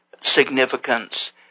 significance